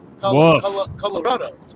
Colorado